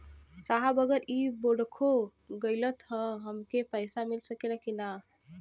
साहब अगर इ बोडखो गईलतऽ हमके पैसा मिल सकेला की ना?